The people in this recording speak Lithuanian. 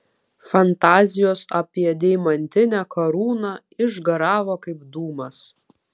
fantazijos apie deimantinę karūną išgaravo kaip dūmas